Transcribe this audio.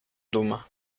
duma